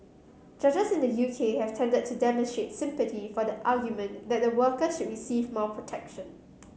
judges in the U K have tended to demonstrate sympathy for the argument that the workers should receive more protection